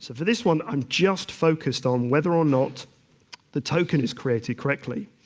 so for this one, i'm just focused on whether or not the token is created correctly.